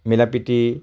মিলাপ্ৰীতি